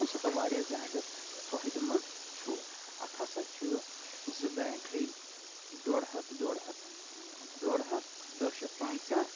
یُس ہسا واریاہ زیادٕ فٲہدٕ منٛد چھُ اَتھ ہسا چھِ زٕ بیٹری ڈۄڈ ہَتھ ڈۄڈ ہَتھ ڈۄڈ ہَتھ دَہ شَتھ پنٛژاہ